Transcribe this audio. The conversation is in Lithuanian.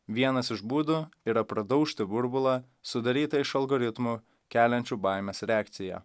vienas iš būdų yra pradaužti burbulą sudarytą iš algoritmų keliančių baimės reakciją